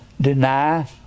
deny